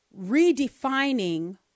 redefining